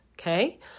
okay